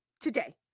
Today